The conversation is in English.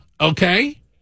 okay